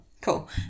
Cool